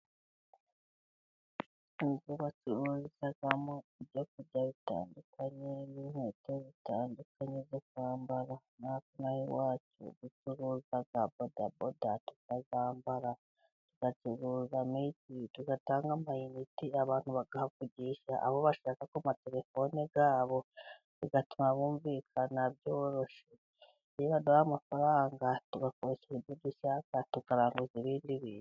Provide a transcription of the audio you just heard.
Inzu bacururizamo ibyo kurya bitandukanye n'inkweto zitandukanye zo kwambara n'aha iwacu ducurura za bodaboda tukazambara, tugacuruza mituyu tudatanga ama inite abantu bakavugisha abo bashaka ku matelefone yabo, bigatuma bumvikana byoroshye nibaduha amafaranga tugakurikiza ibyo dushaka, tukaranguza ibindi bintu.